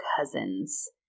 cousins